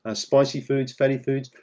ah spicy foods, fatty foods.